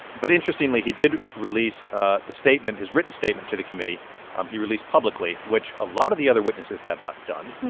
but interestingly, he did release ah the statement his written statement to the committee um he released publicly, which a lot of the other witnesses have not done.